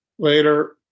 Later